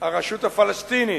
הרשות הפלסטינית,